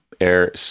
air